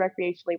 recreationally